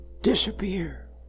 disappear